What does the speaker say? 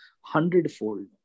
hundredfold